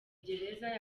gereza